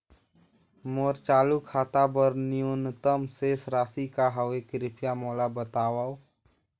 मोर चालू खाता बर न्यूनतम शेष राशि का हवे, कृपया मोला बतावव